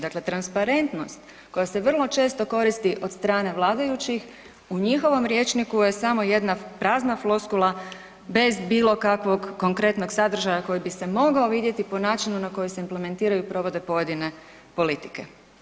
Dakle, transparentnost koja se vrlo često koristi od strane vladajućih u njihovom rječniku je samo jedna prazna floskula bez bilo kakvog konkretnog sadržaja koji bi se mogao vidjeti po načinu na koji se implementiraju i provode pojedine politike.